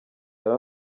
yari